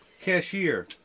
cashier